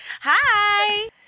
Hi